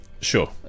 Sure